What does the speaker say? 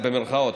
במירכאות,